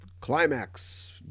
Climax